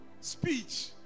speech